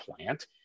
plant